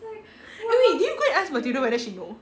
eh wait did you go and ask matilda she know